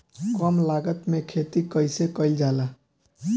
कम लागत में खेती कइसे कइल जाला?